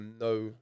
no